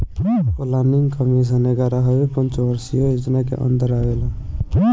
planning commission एग्यारहवी पंचवर्षीय योजना के अन्दर आवेला